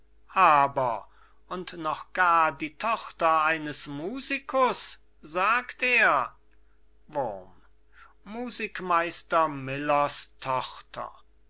finde verzeihlich finde aber und noch gar die tochter eines musikus sagt er wurm